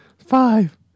Five